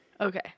Okay